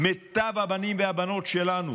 שמיטב הבנים והבנות שלנו